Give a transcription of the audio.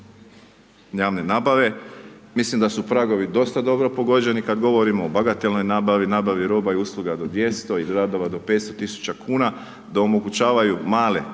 javne nabave, mislim da su pragovi dosta dobro pogođeni kad govorimo o bagatelnoj nabavi, nabavi roba i usluga do 200 i radova do 500.000,00 kn, da omogućavaju male